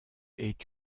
est